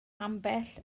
ambell